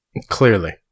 clearly